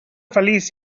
feliç